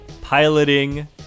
piloting